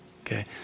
okay